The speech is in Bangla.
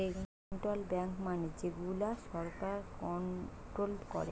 সেন্ট্রাল বেঙ্ক মানে যে গুলা সরকার কন্ট্রোল করে